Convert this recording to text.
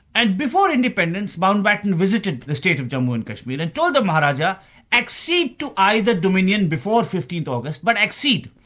and before independence mountbatten visited the state of jammu and kashmir and told the maharajah accede to either dominion before fifteenth august, but accede.